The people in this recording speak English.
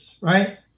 right